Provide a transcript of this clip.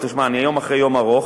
תשמע, אני היום אחרי יום ארוך,